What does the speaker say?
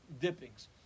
dippings